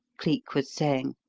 cleek was saying.